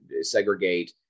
segregate